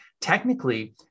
technically